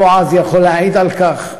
בועז יכול להעיד על כך,